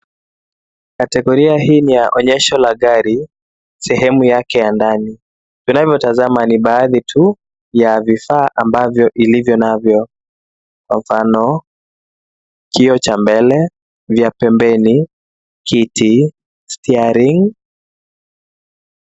Kategoria hii ni la enyesho la gari sehemu yake ya ndani. Tunavyotazama ni baadhi tu ya vifaa ambavyo ilivyo navyo. Kwa mfano kioo cha mbele, juu ya pembeni, kiti, steering .